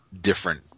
different